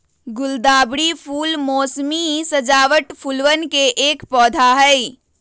गुलदावरी फूल मोसमी सजावट फूलवन के एक पौधा हई